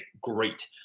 Great